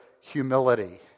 humility